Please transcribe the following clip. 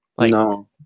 no